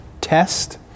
test